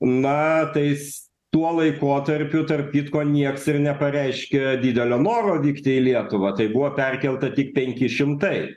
na tais tuo laikotarpiu tarp kitko nieks ir nepareiškė didelio noro vykti lietuvą tai buvo perkelta tik penki šimtai